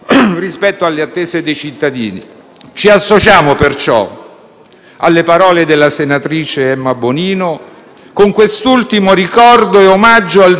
alle parole della senatrice Emma Bonino con quest'ultimo ricordo e omaggio al giornalista e collega Massimo Bordin,